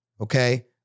okay